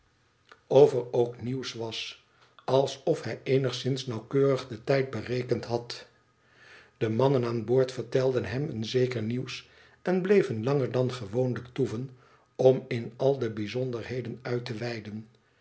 of er ook nieuwswas alsof hij eenigszins nauwkeurig den tijd berekend had de mannen aan boord vertelden hem een zeker nieuws en bleven langer dan gewoonlijk toeven om in al de bijzonderheden uit te weiden